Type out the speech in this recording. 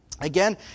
Again